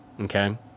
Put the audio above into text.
Okay